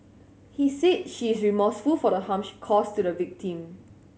he said she is remorseful for the harm she caused to the victim